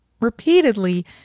Repeatedly